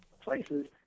places